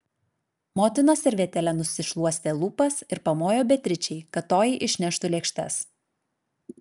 motina servetėle nusišluostė lūpas ir pamojo beatričei kad toji išneštų lėkštes